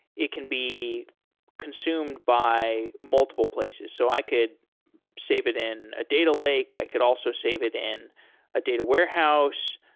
it can be consumed by multiple places. so i could save it in a data lake. i could also save it in a data warehouse.